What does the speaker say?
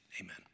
amen